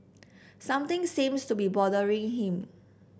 something seems to be bothering him